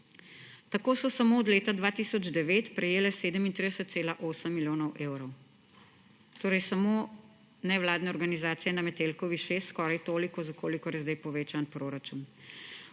Tako so samo od leta 2009 prejele 37,8 milijona evrov. Torej, samo nevladne organizacije na Metelkovi 6 skoraj toliko, za kolikor je zdaj povečan proračun.